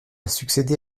succédé